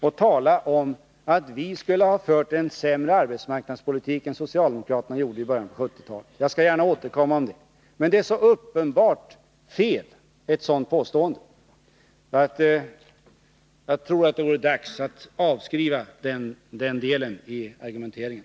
Han talar om att vi skulle ha fört en sämre arbetsmarknadspolitik än socialdemokraterna gjorde i början av 1970-talet. Jag skall gärna återkomma om det. Men detta påstående är så uppenbart fel att jag tror att det vore dags att avskriva den delen av argumenteringen.